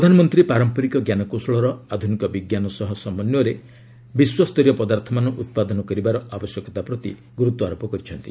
ପ୍ରଧାନମନ୍ତ୍ରୀ ପାରମ୍ପରିକ ଜ୍ଞାନକୌଶଳର ଆଧୁନିକ ବିଜ୍ଞାନ ସହ ସମନ୍ୱୟରେ ବିଶ୍ୱସ୍ତରୀୟ ପଦାର୍ଥମାନ ଉତ୍ପାଦନ କରିବାର ଆବଶ୍ୟକତା ପ୍ରତି ଗୁର୍ତ୍ୱାରୋପ କରିଛନ୍ତି